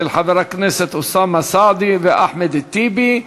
של חברי הכנסת אוסאמה סעדי ואחמד טיבי.